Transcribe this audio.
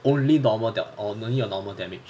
only normal that 我们有 normal damage